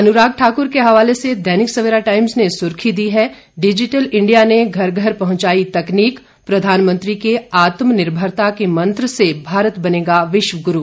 अनुराग ठाकुर के हवाले से दैनिक सवेरा टाइम्स ने सुर्खी दी है डिजिटल इंडिया ने घर घर पहुंचाई तकनीक प्रधानमंत्री के आत्म निर्भरता के मंत्र से भारत बनेगा विश्व गुरु